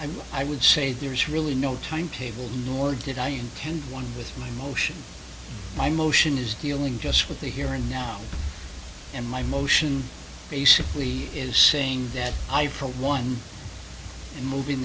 d i would say there's really no timetable nor did i intend one with my emotions my motion is dealing just with the here and now and my motion basically is saying that i for one